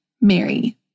Mary